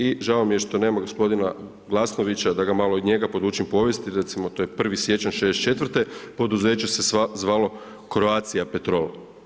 I žao mi je što nema gospodina Glasnovića da ga malo i njega podučim povijesti, recimo to je 1. siječanj '64., poduzeće se zvalo Croatiapetrol.